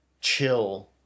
chill